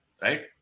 Right